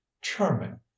charming